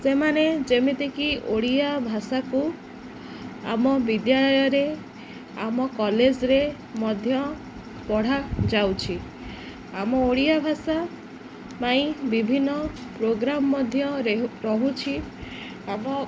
ସେମାନେ ଯେମିତିକି ଓଡ଼ିଆ ଭାଷାକୁ ଆମ ବିଦ୍ୟାଳୟରେ ଆମ କଲେଜରେ ମଧ୍ୟ ପଢ଼ାଯାଉଛି ଆମ ଓଡ଼ିଆ ଭାଷା ପାଇଁ ବିଭିନ୍ନ ପ୍ରୋଗ୍ରାମ ମଧ୍ୟ ରେହୁ ରହୁଛି ଆମ